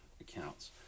accounts